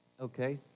Okay